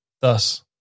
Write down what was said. Thus